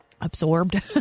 absorbed